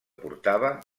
portava